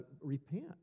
repent